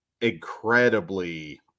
incredibly